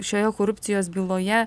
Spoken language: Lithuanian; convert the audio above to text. šioje korupcijos byloje